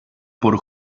por